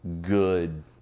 good